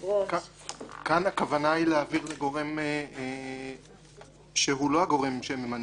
כאן הכוונה להעביר לגורם שהוא לא הגורם שממנה.